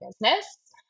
business